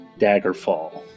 Daggerfall